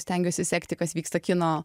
stengiuosi sekti kas vyksta kino